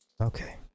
okay